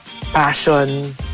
passion